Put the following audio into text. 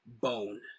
Bone